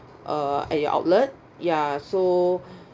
uh at your outlet ya so